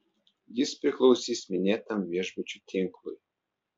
jis priklausys minėtam viešbučių tinklui